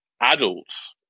adults